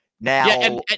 now